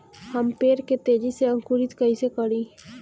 हम पेड़ के तेजी से अंकुरित कईसे करि?